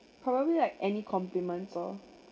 probably like any compliments or